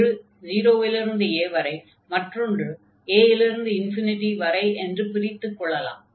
ஒன்று 0 இலிருந்து a வரை மற்றொன்று a இலிருந்து ∞ வரை என்று பிரித்துக் கொள்ளலாம்